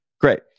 Great